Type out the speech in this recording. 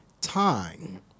time